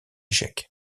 échec